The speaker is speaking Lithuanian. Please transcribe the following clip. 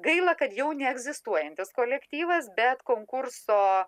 gaila kad jau neegzistuojantis kolektyvas bet konkurso